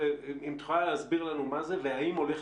האם את יכולה להסביר לנו מה זה והאם הולך